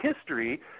history